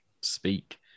speak